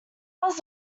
was